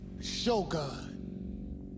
Shogun